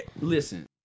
listen